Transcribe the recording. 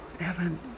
Evan